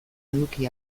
eduki